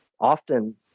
often –